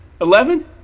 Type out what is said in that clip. Eleven